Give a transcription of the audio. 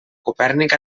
copèrnic